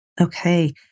Okay